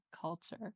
culture